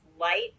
light